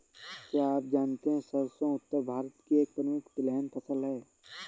क्या आप जानते है सरसों उत्तर भारत की एक प्रमुख तिलहन फसल है?